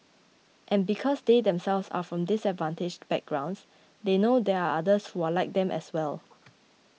and because they themselves are from disadvantaged backgrounds they know there are others who are like them as well